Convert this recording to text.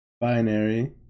binary